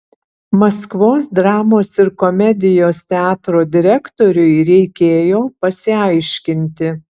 maskvos dramos ir komedijos teatro direktoriui reikėjo pasiaiškinti